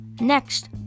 Next